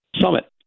summit